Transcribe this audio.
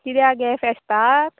किद्या गे फेस्ताक